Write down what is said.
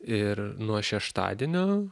ir nuo šeštadienio